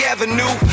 Avenue